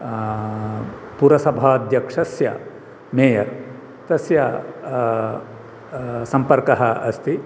पुरसभाध्यक्षस्य mayor तस्य सम्पर्कः अस्ति